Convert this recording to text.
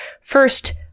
first